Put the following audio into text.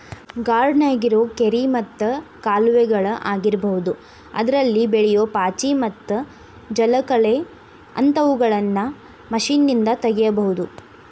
ಗಾರ್ಡನ್ಯಾಗಿರೋ ಕೆರಿ ಮತ್ತ ಕಾಲುವೆಗಳ ಆಗಿರಬಹುದು ಅದ್ರಲ್ಲಿ ಬೆಳಿಯೋ ಪಾಚಿ ಮತ್ತ ಜಲಕಳೆ ಅಂತವುಗಳನ್ನ ಮಷೇನ್ನಿಂದ ತಗಿಬಹುದು